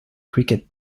cricket